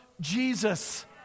Jesus